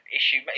issue